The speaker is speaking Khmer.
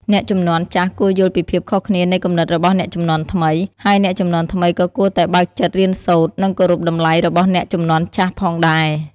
អ្នកជំនាន់ចាស់គួរយល់ពីភាពខុសគ្នានៃគំនិតរបស់អ្នកជំនាន់ថ្មី ហើយអ្នកជំនាន់ថ្មីក៏គួរតែបើកចិត្តរៀនសូត្រ និងគោរពតម្លៃរបស់អ្នកជំនាន់ចាស់ផងដែរ។